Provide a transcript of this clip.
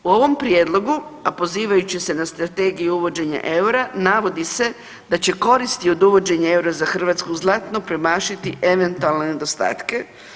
U ovom prijedlogu, a pozivajući se na Strategiju uvođenja eura, navodi se da će koristi od uvođenja eura za Hrvatsku znatno premašiti eventualne nedostatke.